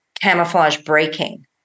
camouflage-breaking